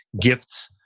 gifts